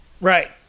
Right